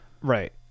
Right